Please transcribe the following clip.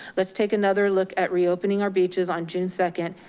let's take another look at reopening our beaches on june second,